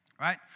Right